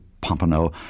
pompano